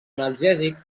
analgèsic